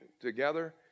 together